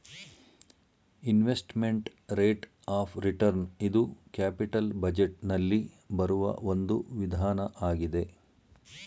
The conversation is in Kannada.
ಇನ್ವೆಸ್ಟ್ಮೆಂಟ್ ರೇಟ್ ಆಫ್ ರಿಟರ್ನ್ ಇದು ಕ್ಯಾಪಿಟಲ್ ಬಜೆಟ್ ನಲ್ಲಿ ಬರುವ ಒಂದು ವಿಧಾನ ಆಗಿದೆ